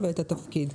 בבקשה.